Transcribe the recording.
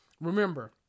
Remember